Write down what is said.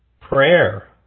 prayer